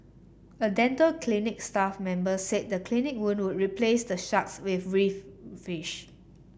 a dental clinic staff member said the clinic would replace the sharks with reef fish